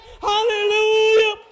Hallelujah